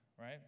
right